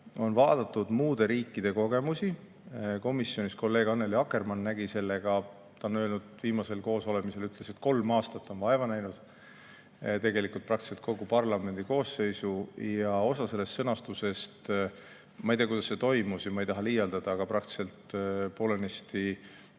on vaadatud muude riikide kogemusi. Komisjonis kolleeg Annely Akkermann on öelnud, viimasel koosolemisel ütles, et ta nägi sellega vaeva kolm aastat, tegelikult praktiliselt kogu parlamendikoosseisu aja. Osa sellest sõnastusest – ma ei tea, kuidas see toimus ja ma ei taha liialdada, aga praktiliselt poolenisti